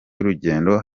urugendo